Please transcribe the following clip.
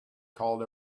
called